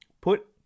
Put